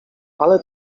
ale